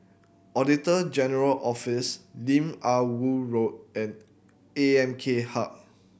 Auditor General Office Lim Ah Woo Road and A M K Hub